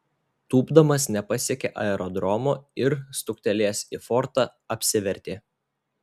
tūpdamas nepasiekė aerodromo ir stuktelėjęs į fortą apsivertė